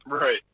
Right